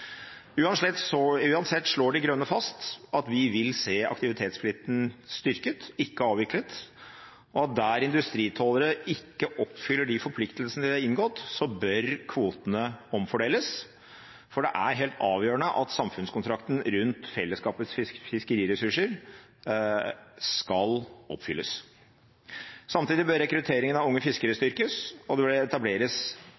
Uansett slår De Grønne fast at vi vil se aktivitetsplikten styrket, ikke avviklet. Der industritrålere ikke oppfyller de forpliktelsene de har inngått, bør kvotene omfordeles, for det er helt avgjørende at samfunnskontrakten rundt fellesskapets fiskeriressurser skal oppfylles. Samtidig bør rekrutteringen av unge